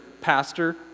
pastor